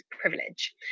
privilege